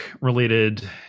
related